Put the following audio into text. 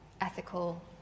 ethical